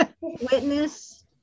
witness